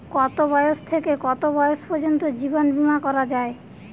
কতো বয়স থেকে কত বয়স পর্যন্ত জীবন বিমা করা যায়?